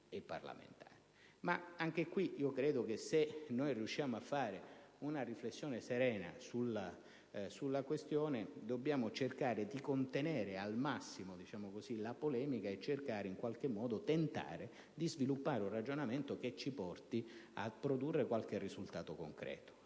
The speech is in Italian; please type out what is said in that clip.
parlamentare. Credo che per riuscire a fare una riflessione serena sulla questione dovremmo cercare di contenere al massimo la polemica e tentare in qualche modo di sviluppare un ragionamento che ci porti a produrre qualche risultato concreto,